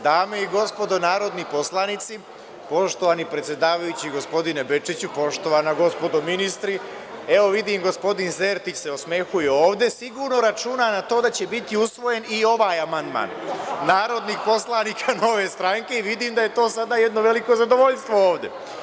Dame i gospodo narodni poslanici, poštovani predsedavajući, gospodine Bečiću, poštovana gospodo ministri, evo vidim, gospodin Sertić se osmehuje ovde, sigurno računa na to da će biti usvojen i ovaj amandman narodnih poslanika Nove stranke i vidim da je to veliko zadovoljstvo ovde.